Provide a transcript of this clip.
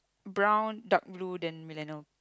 brown dark blue then millennial